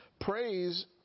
praise